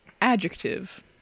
Adjective